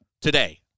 today